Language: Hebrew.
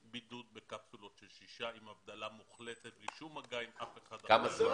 בידוד בקפסולות של שישה עם הבדלה מוחלטת ושום מגע עם אף אחד אחר.